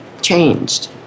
changed